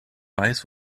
weiß